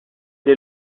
est